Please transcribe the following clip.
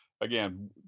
again